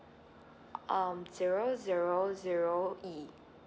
um zero zero zero E